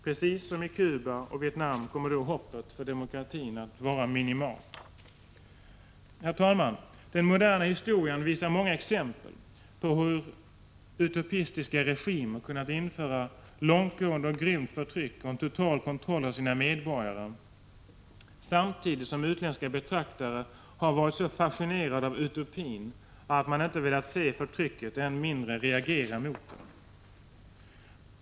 Precis som i Cuba och Vietnam kommer då hoppet för demokratin att vara minimalt. Den moderna historien visar många exempel på hur utopistiska regimer kunnat införa långtgående och grymt förtryck och total kontroll av sina medborgare, samtidigt som utländska betraktare har varit så fascinerade av utopin att de inte velat se förtrycket, än mindre reagera mot det.